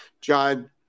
John